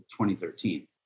2013